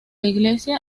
iglesia